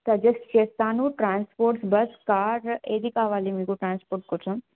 suggest చేస్తాను transports bus car ఏది కావాలి మీకు ట్రాన్స్పోర్ట్ కోసం